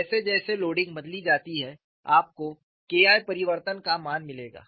जैसे जैसे लोडिंग बदली जाती है आपको K I परिवर्तन का मान मिलेगा